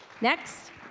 Next